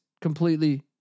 completely